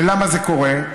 ולמה זה קורה?